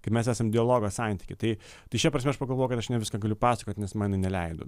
kai mes esam dialogo santyky tai tai šia prasme aš pagalvojau kad aš ne viską galiu pasakoti nes man jinai neleido